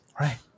right